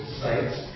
sites